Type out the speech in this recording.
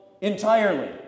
entirely